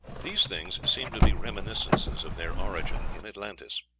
these things seem to be reminiscences of their origin in atlantis.